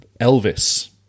Elvis